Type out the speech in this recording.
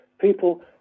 People